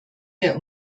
der